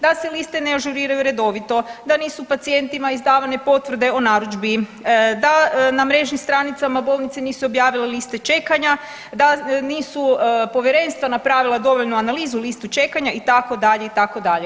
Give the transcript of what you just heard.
Da se liste ne ažuriraju redovito, da nisu pacijentima izdavane potvrde o narudžbi, da na mrežnim stranicama bolnice nisu objavile liste čekanja, da nisu povjerenstva napravila dovoljnu analizu listu čekanja itd., itd.